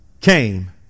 came